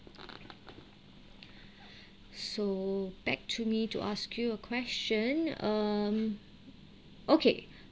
so back to me to ask you a question um okay